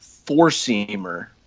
four-seamer